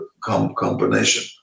combination